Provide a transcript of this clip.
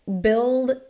build